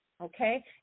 okay